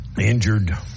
injured